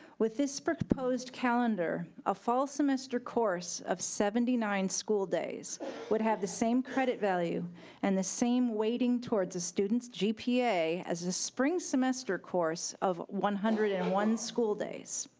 with this proposed calendar, a fall semester course of seventy nine school days would have the same credit value and the same weighting towards the student's gpa as a spring semester course of one hundred and one school days.